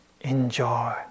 enjoy